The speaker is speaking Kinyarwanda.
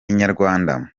inyarwanda